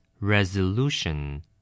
Resolution